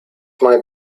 may